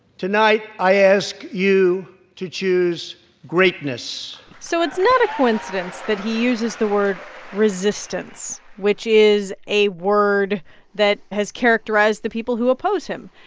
tonight, i ask you to choose greatness so it's not a coincidence that he uses the word resistance, which is a word that has characterized the people who oppose him.